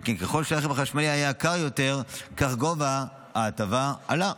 שכן ככל שהרכב החשמלי היה יקר יותר כך גובה ההטבה עלה.